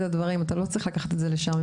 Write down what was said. האזרחים ונותנים להם את הזכויות שלהם?